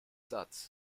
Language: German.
satz